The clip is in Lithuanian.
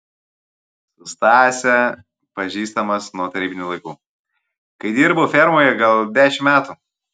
su stase pažįstamas nuo tarybinių laikų kai dirbau fermoje gal dešimt metų